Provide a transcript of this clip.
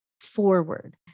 forward